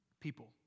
people